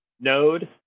node